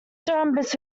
cross